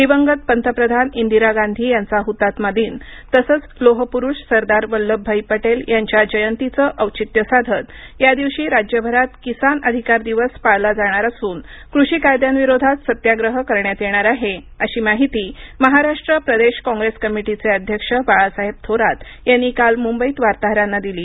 दिवंगत पंतप्रधान इंदिरा गांधी यांचा हुतात्मा दिन तसेच लोहपुरुष सरदार वल्लभभाई पटेल यांच्या जयंतीचे औचित्य साधत या दिवशी राज्यभरात किसान अधिकार दिवस पाळला जाणार असून कृषी कायद्यांविरोधात सत्याग्रह करण्यात येणार आहे अशी माहिती महाराष्ट्र प्रदेश काँग्रेस कमिटीचे अध्यक्ष बाळासाहेब थोरात यांनी काल मुंबईत वार्ताहरांना दिली